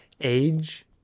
age